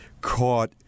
caught